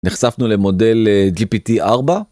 נחשפנו למודל GPT-4.